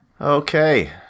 Okay